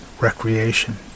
recreation